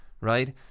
right